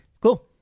cool